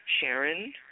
Sharon